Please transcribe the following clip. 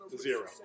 Zero